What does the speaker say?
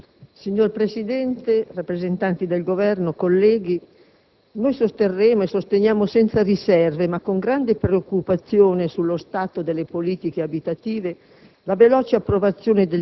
Signor Presidente, rappresentanti del Governo, colleghi, noi sosterremo e sosteniamo senza riserve, ma con grande preoccupazione sullo stato delle politiche abitative,